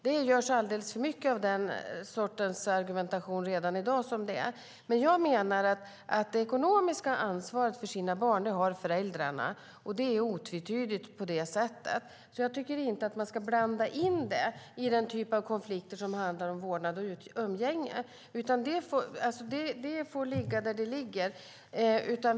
Det finns redan i dag alltför mycket av den sortens argumentation. Föräldrarna har det ekonomiska ansvaret för sina barn. Det är otvetydigt på det sättet. Jag tycker inte att man ska blanda in det i den typ av konflikter som handlar om vårdnad och umgänge. Det får ligga där det ligger.